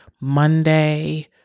Monday